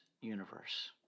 Universe